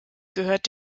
gehört